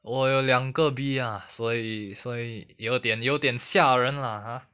我有两个 B ah 所以所以有点有点吓人 lah ah